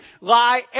lie